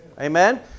Amen